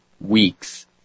weeks